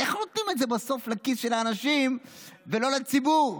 איך נותנים את זה בסוף לכיס של האנשים ולא לציבור?